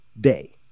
day